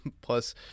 Plus